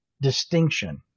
distinction